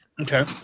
Okay